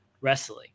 Wrestling